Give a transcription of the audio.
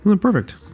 Perfect